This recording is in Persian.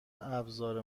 ابزار